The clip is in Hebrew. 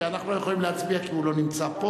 שעל הצעתו אנחנו לא יכולים להצביע כי הוא לא נמצא פה.